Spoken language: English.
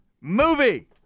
movie